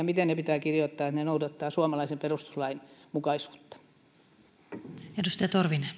miten lait pitää kirjoittaa jotta ne noudattavat suomalaisen perustuslain mukaisuutta